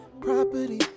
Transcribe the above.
property